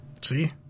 See